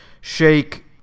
shake